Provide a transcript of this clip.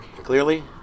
clearly